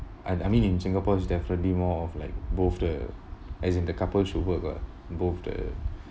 and I mean in singapore is definitely more of like both have as in the couple should work lah both have